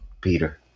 Peter